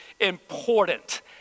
important